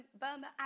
Burma